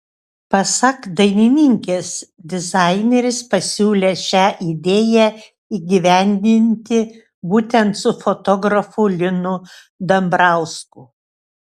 pasak dainininkės dizaineris pasiūlė šią idėją įgyvendinti būtent su fotografu linu dambrausku